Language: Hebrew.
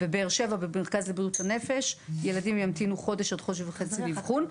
בבאר שבע ובמרכז לבריאות הנפש ילדים ימתינו חודש עד חודש וחצי לאבחון,